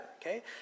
okay